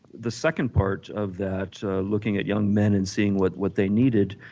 the second part of that looking at young men and seeing what what they needed.